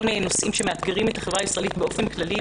מיני נושאים שמאתגרים את החברה הישראלית באופן כללי.